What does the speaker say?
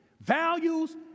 Values